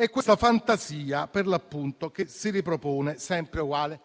e questa fantasia che si ripropone sempre uguale.